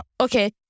Okay